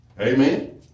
Amen